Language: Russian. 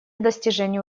достижения